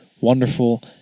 wonderful